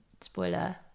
spoiler